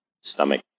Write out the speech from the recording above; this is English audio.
stomach